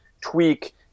tweak